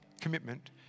commitment